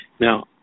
Now